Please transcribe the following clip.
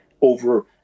over